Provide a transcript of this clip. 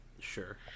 Sure